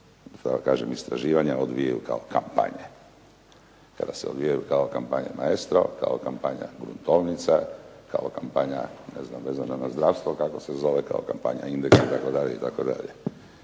Kada se odvijaju kao kampanja "Maestro", kao kampanja "Gruntovnica", kao kampanja ne znam vezano na zdravstvo kako se zove, kao kampanja …/Govornik